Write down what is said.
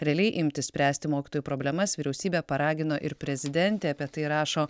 realiai imtis spręsti mokytojų problemas vyriausybę paragino ir prezidentė apie tai rašo